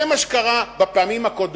צריך לומר ביושר שזה מה שקרה בפעמים הקודמות,